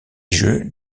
jeu